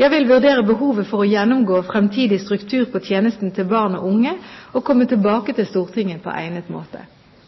Jeg vil vurdere behovet for å gjennomgå fremtidig struktur på tjenesten til barn og unge og komme tilbake til Stortinget på egnet måte.